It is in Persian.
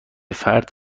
فرد